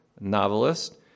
novelist